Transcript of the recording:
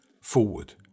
forward